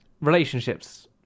relationships